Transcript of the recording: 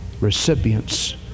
recipients